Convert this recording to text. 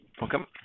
Welcome